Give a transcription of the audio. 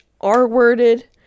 r-worded